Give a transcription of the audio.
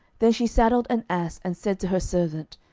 then she saddled an ass, and said to her servant,